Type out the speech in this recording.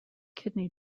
kidney